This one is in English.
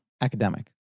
academic